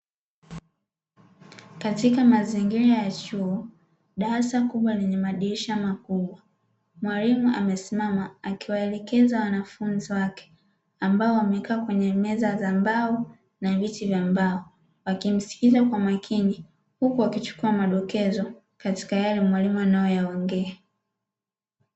Katika mazingira ya chuo darasa kubwa lenye madirisha makubwa mwalimu amesimama akiwaelekeza wanafunzi wake, ambao wamekaa kwenye meza za mbao na viti vya mbao wakimsikiliza kwa makini, huku wakichukua madokezo katika yale mwalimu anayoyaongea.